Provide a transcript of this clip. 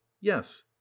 yes